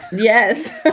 yes and